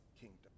kingdom